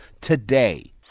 today